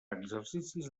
exercicis